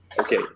Okay